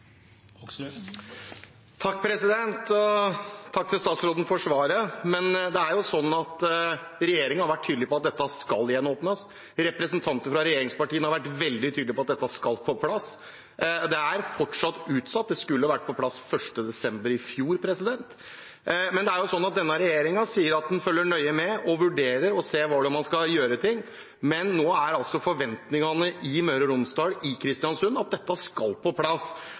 Takk til statsråden for svaret. Men det er jo sånn at regjeringen har vært tydelig på at dette skal gjenåpne. Representanter fra regjeringspartiene har vært veldig tydelige på at dette skal på plass. Det er fortsatt utsatt, det skulle vært på plass 1. desember i fjor. Det er jo sånn at denne regjeringen sier at de følger nøye med og vurderer og ser hvordan man skal gjøre ting. Nå er altså forventningene i Møre og Romsdal, i Kristiansund, at dette skal på plass.